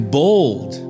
bold